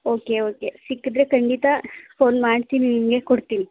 okay okay ಸಿಕ್ಕಿದ್ರೆ ಖಂಡಿತ phone ಮಾಡ್ತೀನಿ ನಿಮಗೆ ಕೊಡ್ತೀನಿ